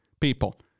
people